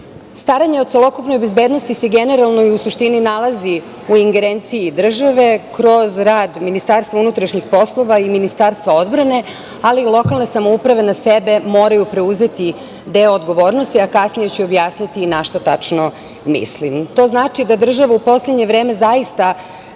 državi. Staranje o celokupnoj bezbednosti se generalno i u suštini nalazi u ingerenciji države kroz rad MUP-a i Ministarstva odbrane, ali i lokalne samouprave na sebe moraju preuzeti deo odgovornosti, a kasnije ću objasniti i na šta tačno mislim. To znači da država u poslednje vreme zaista